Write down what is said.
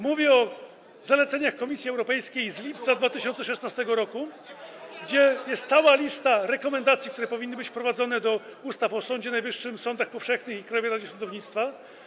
Mówię o zaleceniach Komisji Europejskiej z lipca 2016 r., gdzie jest cała lista rekomendacji, które powinny być wprowadzone do ustaw o Sądzie Najwyższym, sądach powszechnych i Krajowej Radzie Sądownictwa.